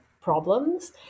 problems